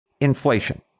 inflation